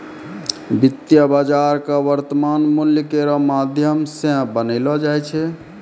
वित्तीय बाजार क वर्तमान मूल्य केरो माध्यम सें बनैलो जाय छै